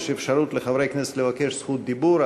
יש אפשרות לחברי כנסת לבקש זכות דיבור.